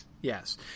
Yes